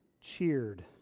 cheered